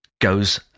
goes